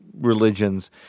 religions